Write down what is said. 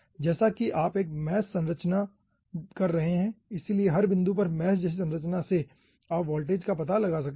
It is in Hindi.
जैसा कि आप एक मैश जैसी संरचना कर रहे हैं इसलिए हर बिंदु पर मैश जैसी संरचना से आप वोल्टेज का पता लगा सकते हैं